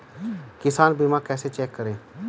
किसान बीमा कैसे चेक करें?